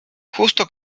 justo